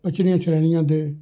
ਪੱਛੜੀਆਂ ਸ਼੍ਰੇਣੀਆਂ ਦੇ